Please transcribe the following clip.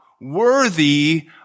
worthy